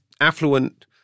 affluent